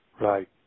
right